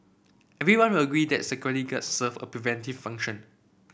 everyone will agree that security guards serve a preventive function